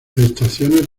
estaciones